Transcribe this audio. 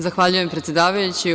Zahvaljujem, predsedavajući.